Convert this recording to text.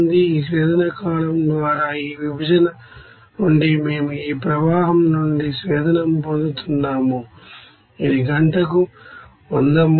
ఈ distillation column ద్వారా ఈ విభజన నుండి మేము ఈ ప్రవాహం నుండి డిస్టిల్ల్యటు పొందుతున్నాము ఇది గంటకు 100 మోల్